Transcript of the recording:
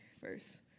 first